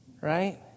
Right